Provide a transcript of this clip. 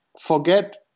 forget